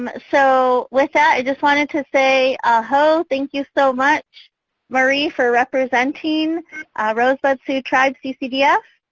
um so with that i just wanted to say ah hoh. thank you so much marie for representing rosebud sioux tribe ccdf,